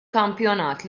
kampjonat